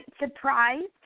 surprised